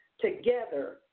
together